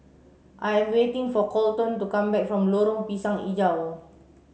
I am waiting for Kolton to come back from Lorong Pisang Hijau